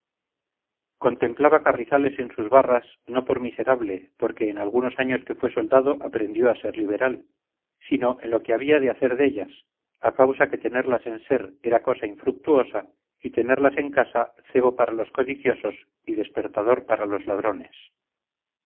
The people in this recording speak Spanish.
contemplaba carrizales en sus barras no por miserable porque en algunos años que fue soldado aprendió a ser liberal sino en lo que había de hacer dellas a causa que tenerlas en ser era cosa infrutuosa y tenerlas en casa cebo para los codiciosos y despertador para los ladrones